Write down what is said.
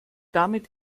damit